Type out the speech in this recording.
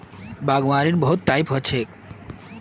बागवानीर बहुत टाइप ह छेक